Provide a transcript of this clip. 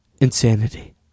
insanity